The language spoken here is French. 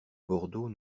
bordeaux